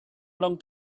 last